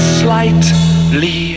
slightly